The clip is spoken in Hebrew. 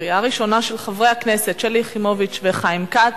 של חברי הכנסת שלי יחימוביץ וחיים כץ,